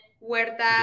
Huerta